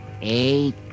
eight